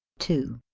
to